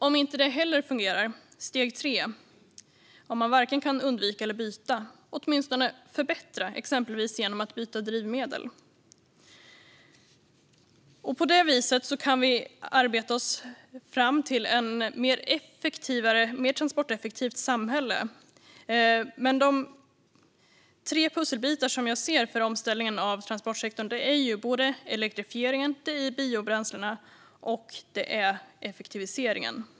Om inte heller det fungerar har man steg tre: Kan man varken undvika eller byta kan man åtminstone förbättra, exempelvis genom att byta drivmedel. På det viset kan vi arbeta oss fram till ett mer transporteffektivt samhälle. De tre pusselbitar som jag ser för omställningen av transportsektorn är just elektrifieringen, biobränslena och effektiviseringen.